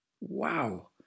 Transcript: Wow